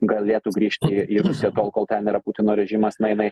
galėtų grįžti į rusiją tol kol ten yra putino režimas na jinai